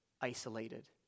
isolated